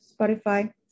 Spotify